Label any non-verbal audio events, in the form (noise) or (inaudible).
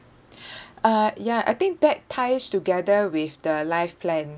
(breath) uh ya I think that ties together with the life plan